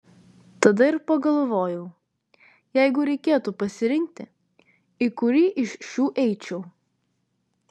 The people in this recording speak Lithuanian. tada ir pagalvojau jeigu reikėtų pasirinkti į kurį iš šių eičiau